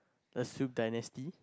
the Song dynasty